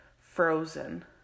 frozen